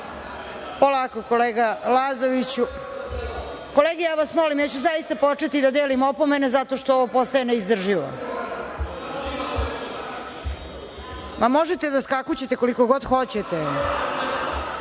kolega Lazoviću. Kolege ja vas molim, ja ću početi da delim opomene zato što ovo postaje neizdrživo. Možete da skakućete koliko god hoćete.